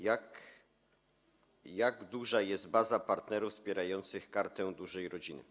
Jak duża jest baza partnerów wspierających Kartę Dużej Rodziny?